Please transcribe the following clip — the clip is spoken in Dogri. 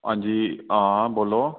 हां जी हां बोलो